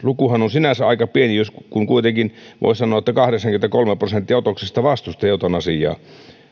lukuhan on sinänsä aika pieni kun kun kuitenkin voi sanoa että kahdeksankymmentäkolme prosenttia otoksesta vastusti eutanasiaa